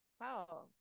Wow